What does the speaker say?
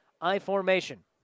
I-formation